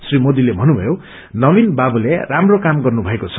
श्री मोदीले भन्नुभएको छ नवीन बाबूले राम्रो काम गर्नुभएको छ